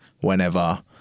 whenever